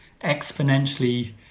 exponentially